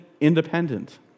independent